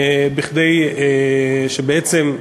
כדי שבעצם,